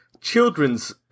children's